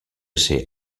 ser